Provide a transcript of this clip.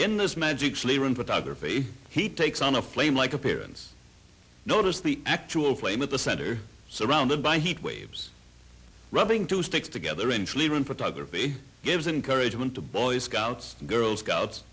in this magic slavering photography he takes on a flame like appearance notice the actual flame at the center surrounded by heat waves rubbing two sticks together into a leader in photography gives encourage one to boy scouts girl scouts